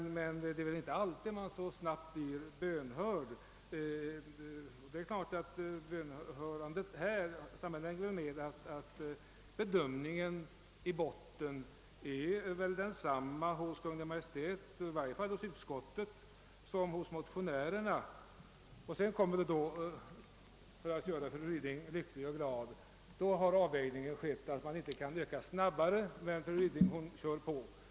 Det är väl inte alltid man så snabbt blir bönhörd. Detta snabba bönhörande sammanhänger naturligtvis med att Kungl. Maj:t gjort samma bedömning som motionärerna. Men vi har — för att nu göra fru Ryding lycklig och glad — vid vår avvägning funnit att vi inte kan öka antalet tjänster snabbare, men fru Ryding bör ju inte förtröttas.